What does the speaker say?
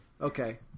okay